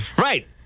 Right